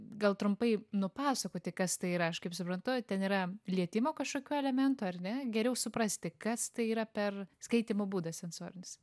gal trumpai nupasakoti kas tai yra aš kaip suprantu ten yra lietimo kažkokių elementų ar ne geriau suprasti kas tai yra per skaitymo būdas sensorinis